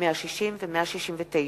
160 ו-169.